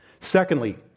Secondly